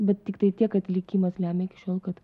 bet tiktai tiek kad likimas lemia iki šiol kad